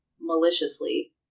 maliciously